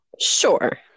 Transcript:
Sure